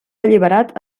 alliberat